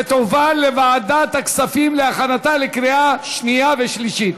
ותועבר לוועדת הכספים להכנתה לקריאה שנייה ושלישית.